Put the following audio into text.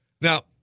Now